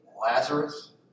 Lazarus